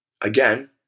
again